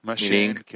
meaning